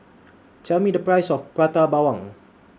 Tell Me The Price of Prata Bawang